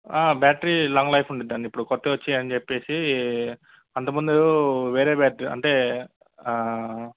battery long life ఉంటుంది అండి ఇప్పుడు కొత్తగా వచ్చెవి అని చెప్పి అంతముందు వేరే బ్యాటరీ అంటే